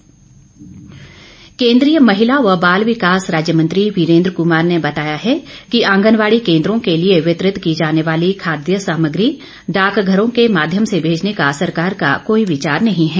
वीरेंद्र कश्यप केंद्रीय महिला व बाल विकास राज्य मंत्री वीरेंद्र कमार ने बताया है कि आंगनबाड़ी केंद्रो के लिए वितरित की जाने वाली खाद्य सामग्री डाकघरों के माध्यम से भेजने का सरकार का कोई विचार नहीं है